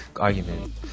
argument